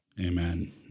Amen